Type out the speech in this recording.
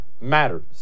matters